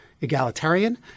egalitarian